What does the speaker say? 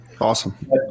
Awesome